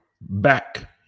back